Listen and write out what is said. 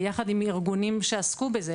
ויחד עם ארגונים שעסקו בזה,